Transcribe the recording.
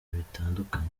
bitandukanye